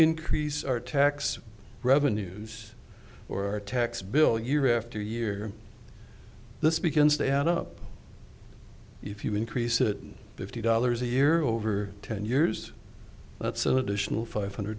increase our tax revenues or tax bill year after year this begins to add up if you increase it fifty dollars a year over ten years that's an additional five hundred